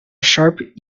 sharp